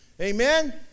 Amen